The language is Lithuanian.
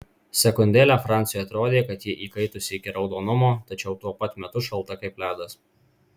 sekundėlę franciui atrodė kad ji įkaitusi iki raudonumo tačiau tuo pat metu šalta kaip ledas